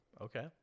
Okay